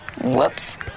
Whoops